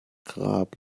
grab